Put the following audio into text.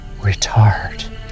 retard